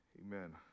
amen